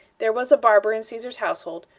there was a barber in caesar's household,